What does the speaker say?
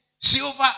silver